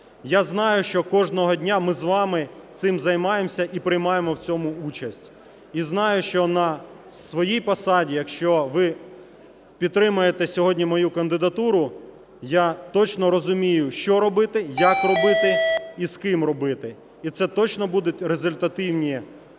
Я знаю, що кожного дня ми з вами цим займаємося і приймаємо в цьому участь, і знаю, що на своїй посаді, якщо ви підтримаєте сьогодні мою кандидатуру, я точно розумію що робити, як робити і з ким робити. І це точно будуть результативні процеси,